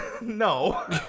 no